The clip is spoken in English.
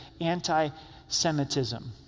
anti-Semitism